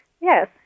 Yes